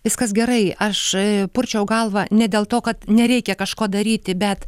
viskas gerai aš purčiau galvą ne dėl to kad nereikia kažko daryti bet